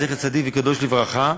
זכר צדיק וקדוש לברכה,